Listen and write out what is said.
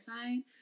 sign